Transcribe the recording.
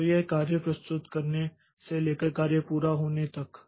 तो यह कार्य प्रस्तुत करने से लेकर कार्य पूरा होने तक है